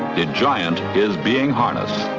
the giant is being harnessed.